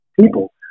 people